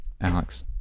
alex